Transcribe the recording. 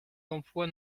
d’emploi